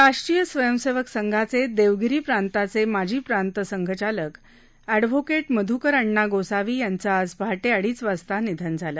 राष्ट्रीय स्वयंसेवक संघाचे देवगिरी प्रांताचे माजी प्रांत संघचालक अँडव्होकेट मध्कर अण्णा गोसावी यांचं आज पहाटे अडीच वाजता निधन झालं